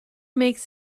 makes